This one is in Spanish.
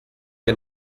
que